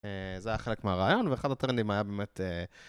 זה היה חלק מהרעיון, ואחד הטרנדים היה באמת...